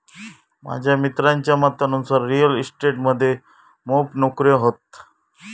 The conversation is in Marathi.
माझ्या मित्राच्या मतानुसार रिअल इस्टेट मध्ये मोप नोकर्यो हत